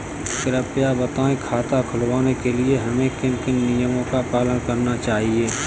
कृपया बताएँ खाता खुलवाने के लिए हमें किन किन नियमों का पालन करना चाहिए?